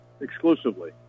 exclusively